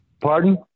Pardon